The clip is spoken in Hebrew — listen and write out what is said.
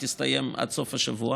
והיא תסתיים עד סוף השבוע,